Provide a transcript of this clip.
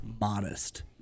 modest